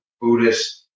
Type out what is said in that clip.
Buddhist